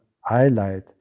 highlight